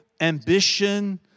ambition